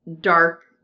dark